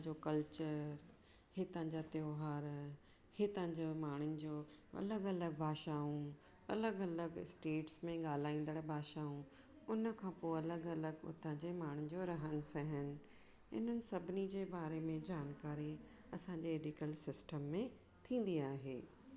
हिता जो कल्चर हितांजा त्योहार हितांजा माण्हुं जो अलॻि अलॻि भाउ अलॻि अलॻि सटेट्स मे ॻाल्हाइंदड़ु भाषाउ उनखा पोइ अलॻि अलॻि हुताजे माण्हुं जो रहन सहन इन सभिनि जे बारे मे जानकारी असांजे ऐडिकेल सिस्ट्म मे थींदी आहे